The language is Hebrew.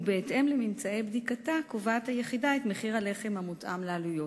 ובהתאם לממצאי בדיקתה היחידה קובעת את מחיר הלחם המותאם לעלויות.